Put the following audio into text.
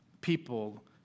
people